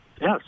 Yes